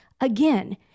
again